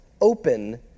open